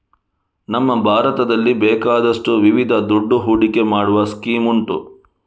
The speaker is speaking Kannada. ನಮ್ಮ ಭಾರತದಲ್ಲಿ ಬೇಕಾದಷ್ಟು ವಿಧದ ದುಡ್ಡು ಹೂಡಿಕೆ ಮಾಡುವ ಸ್ಕೀಮ್ ಉಂಟು